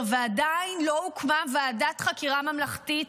ועדיין לא הוקמה ועדת חקירה ממלכתית,